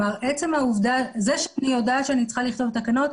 זה שאני יודעת שאני צריכה לכתוב תקנות,